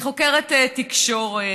כחוקרת תקשורת,